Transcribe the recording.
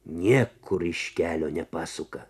niekur iš kelio nepasuka